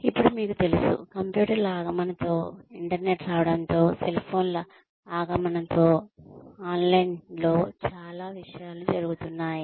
ఇప్పుడు మీకు తెలుసు కంప్యూటర్ల ఆగమనంతో ఇంటర్నెట్ రావడంతో సెల్ ఫోన్ల ఆగమనంతో ఆన్లైన్లో చాలా విషయాలు జరుగుతున్నాయి